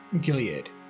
Gilead